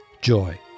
Joy